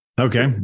Okay